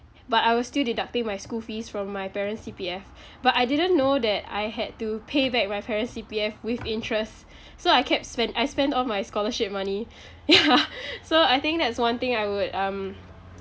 but I was still deducting my school fees from my parents' C_P_F but I didn't know that I had to pay back my parents' C_P_F with interest so I kept spend I spent all my scholarship money ya so I think that's one thing I would um